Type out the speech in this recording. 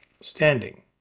Standing